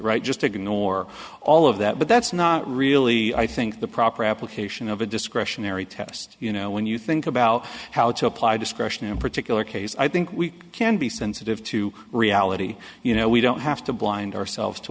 right just ignore all of that but that's not really i think the proper application of a discretionary test you know when you think about how to apply discretion in a particular case i think we can be sensitive to reality you know we don't have to blind ourselves to